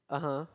(uh huh)